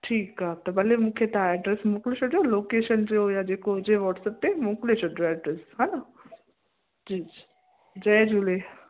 ठीकु आहे त भले मूंखे तव्हां एड्रेस मोकिले छॾो लोकेशन जो या जेको हुजे वाट्सअप ते मोकिले छॾिजो एड्रेस हा न जी जय झूले